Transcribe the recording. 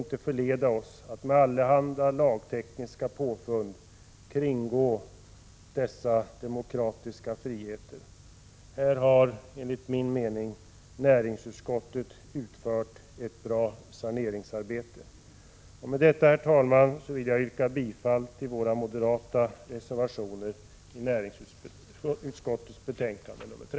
1986/87:50 med allehanda lagtekniska påfund kringgå dessa demokratiska friheter. Här 16 december 1986 har, enligt min mening, näringsutskottet utfört ett bra saneringsarbete. Med detta, herr talman, vill jag yrka bifall till våra moderata reservationer